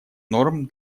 норм